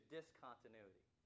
Discontinuity